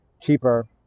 keeper